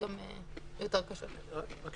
קרן מפוקחת על ידי האוצר,